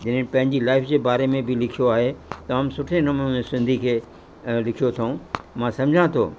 जिनन पंहिंजी लाइफ जे बारे में बि लिखियो आहे जाम सुठे नमूने सिंधी खे लिखियो अथऊं मां सम्झा थो